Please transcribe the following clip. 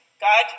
God